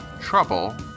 Trouble